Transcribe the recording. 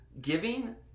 giving